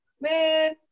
Man